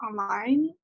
online